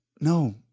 No